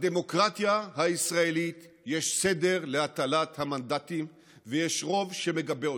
בדמוקרטיה הישראלית יש סדר להטלת המנדטים ויש רוב שמגבה אותם.